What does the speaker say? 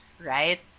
Right